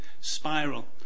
spiral